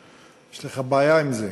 יש לך בעיה עם זה.